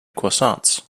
croissants